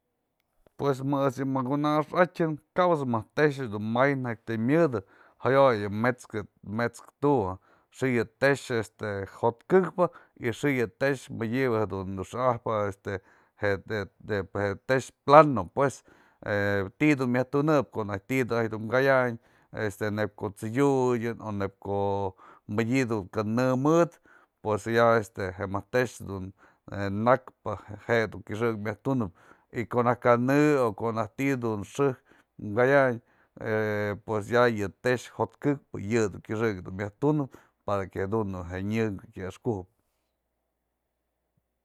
Pues më ejt's yë mëkuna'ax atyën kap ejt's dun tëx may nantëmyëdë jayo'yë met'skë, met's tu'u xi'i yë tëx jo'ot ke´ekpë y xi'i yë tëx madyëbë jedun xa'abjë este je tëx plano pues, he ti'i dun myaj tunëp ko'o ti'i dunaj ka'aynë este neby ko'o t'sedyutën o nepko'o madyë dun kë në mëdë pues ya este je mëjk tëx dun je nakpë je du kyëxëk myaj tunëp y ko'o najk ka'anë o ko'o najk ti'i du xë'ëk ka'ayanë pues ya yë tex jo'ot këkpë yë dun kyëxën dun myajtunëp para que jadun je nyë kya axkujëp.